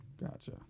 Gotcha